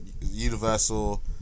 Universal